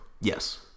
Yes